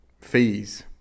fees